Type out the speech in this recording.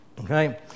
Okay